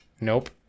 Nope